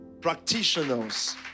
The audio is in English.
practitioners